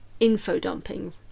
info-dumping